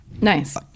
Nice